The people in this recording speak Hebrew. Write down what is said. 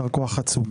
יישר כוח עצום.